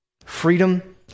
Freedom